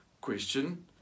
Question